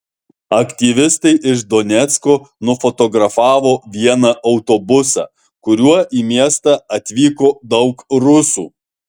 aktyvistai iš donecko nufotografavo vieną autobusą kuriuo į miestą atvyko daug rusų